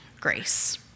grace